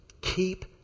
Keep